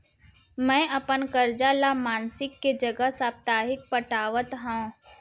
मै अपन कर्जा ला मासिक के जगह साप्ताहिक पटावत हव